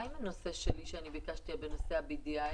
מה עם הנושא שלי שביקשתי לדון בו בנושא ה-BDI?